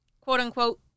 quote-unquote